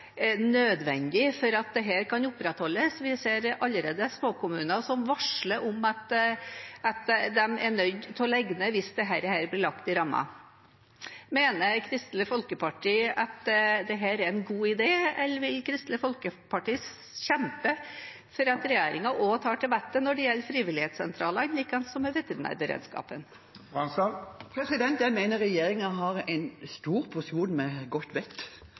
nødvendig for at dette kan opprettholdes. Vi ser allerede småkommuner som varsler om at de er nødt til å legge ned hvis dette blir lagt i rammen. Mener Kristelig Folkeparti at dette er en god idé, eller vil Kristelig Folkeparti kjempe for at regjeringen også tar til vettet når det gjelder frivilligsentralene, likeens som med veterinærberedskapen? Jeg mener regjeringen har en stor porsjon med godt